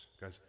guys